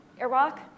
Iraq